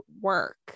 work